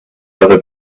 other